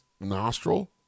nostril